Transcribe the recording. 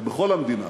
זה בכל המדינה,